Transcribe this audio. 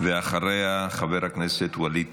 אחריה, חבר הכנסת ווליד